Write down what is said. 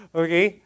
okay